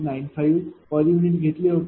95 पर युनिट घेतले होते